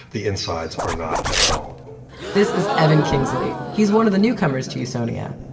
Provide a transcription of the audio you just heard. the insides are not at all this is evan kingsley. he's one of the newcomers to usonia,